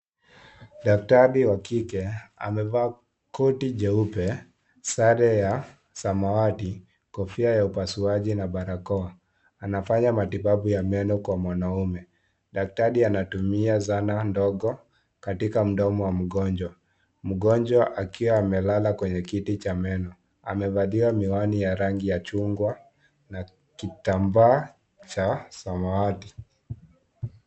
Daktari wa kike, amevaa koti jeupe, sare ya samawati , kofia ya upasuaji na barakoa. Anafanya matibabu ya meno kwa mwanaume. Daktari anatumia zana ndogo katika mdomo wa mgonjwa. Mgonjwa akiwa amelala kwenye kiti cha meno. Amevalia miwani ya rangi ya chungwa na kitambaa cha samawati.